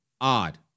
odd